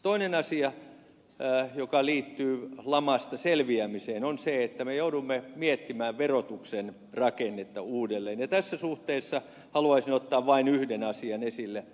toinen asia joka liittyy lamasta selviämiseen on se että me joudumme miettimään verotuksen rakennetta uudelleen ja tässä suhteessa haluaisin ottaa vain yhden asian esille